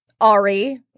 Ari